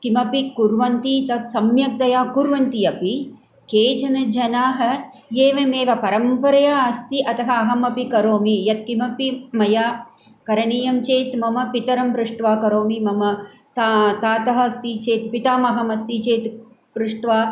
किमपि कुर्वन्ति तत् सम्यक्तया कुर्वन्ति अपि केचन जनाः एवमेव परम्परया अस्ति अतः अहमपि करोमि यत्किमपि मया करणीयं चेत् मम पितरं पृष्ट्वा करोमि मम तातः अस्ति चेत् पितामहम् अस्ति चेत् पृष्ट्वा